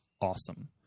awesome